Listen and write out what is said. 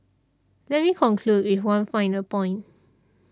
let me conclude with one final point